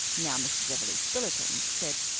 now mrs. everleigh-spillikins, said,